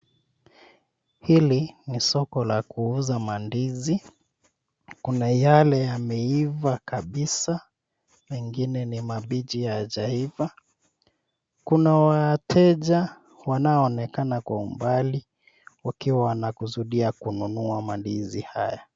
Hili ni soko la kuuza mandizi, kuna yale yameiva kabisa mengine ni mabichi hayajaiva. Kuna wateja wanaonekana kwa umbali wakiwa wanakusudia kununua mandizi haya.